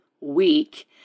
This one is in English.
week